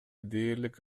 дээрлик